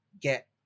get